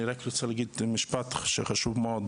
אני רק רוצה להגיד משפט שהוא חשוב מאוד